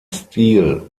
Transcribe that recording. stil